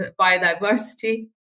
biodiversity